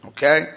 Okay